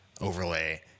overlay